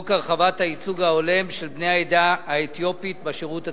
הצעת חוק להרחבת הייצוג ההולם של בני העדה האתיופית בשירות הציבורי.